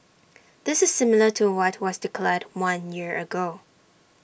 this is similar to what was declared one year ago